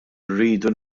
rridu